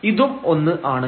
ഇതും ഒന്ന് ആണ്